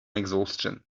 exhaustion